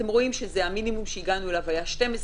אתם רואים שהמינימום שהגענו אליו היה 12,